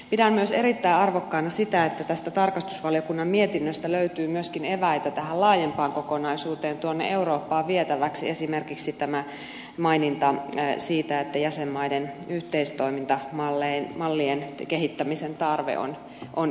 pidän myös erittäin arvokkaana sitä että tästä tarkastusvaliokunnan mietinnöstä löytyy myöskin eväitä tähän laajempaan kokonaisuuteen tuonne eurooppaan vietäväksi esimerkiksi tämä maininta siitä että jäsenmaiden yhteistoimintamallien kehittämisen tarve on ilmeinen